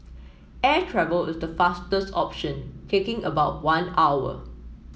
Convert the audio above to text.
air travel is the fastest option taking about one hour